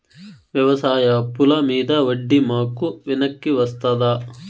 వ్యవసాయ అప్పుల మీద వడ్డీ మాకు వెనక్కి వస్తదా?